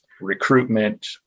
recruitment